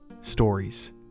stories